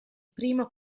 primo